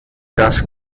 das